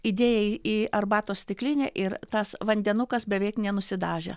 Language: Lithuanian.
įdėjai į arbatos stiklinę ir tas vandenukas beveik nenusidažė